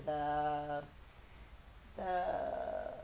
the the